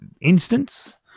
instance